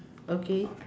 okay